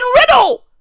riddle